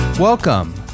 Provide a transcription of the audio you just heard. Welcome